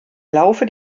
laufe